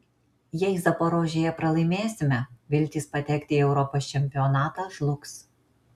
jei zaporožėje pralaimėsime viltys patekti į europos čempionatą žlugs